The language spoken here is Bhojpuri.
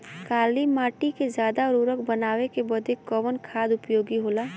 काली माटी के ज्यादा उर्वरक बनावे के बदे कवन खाद उपयोगी होला?